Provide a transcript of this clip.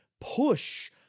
push